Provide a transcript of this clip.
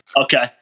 Okay